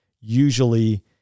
usually